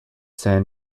san